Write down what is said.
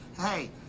hey